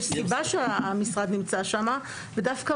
יש סיבה שהמשרד נמצא שם, ודווקא